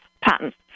patents